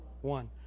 One